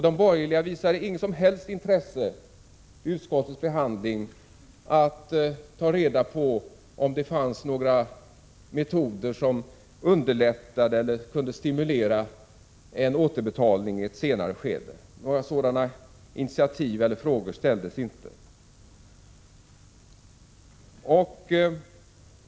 De borgerliga visade inget som helst intresse vid utskottets behandling att ta reda på om det fanns några metoder som underlättade eller kunde stimulera en återbetalning i ett senare skede. Några sådana initiativ eller frågor hörde vi inte av.